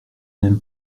n’aime